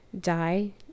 die